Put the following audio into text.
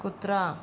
कुत्रा